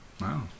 Wow